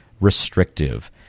restrictive